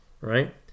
right